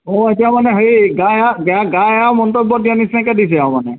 অঁ এতিয়া মানে হেৰি গা গা এৰা মন্তব্য দিয়া নিচিনাকে দিছে আৰু মানে